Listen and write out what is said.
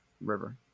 river